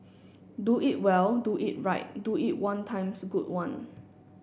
do it well do it right do it one times good one